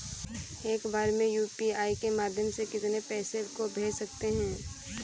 एक बार में यू.पी.आई के माध्यम से कितने पैसे को भेज सकते हैं?